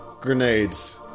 grenades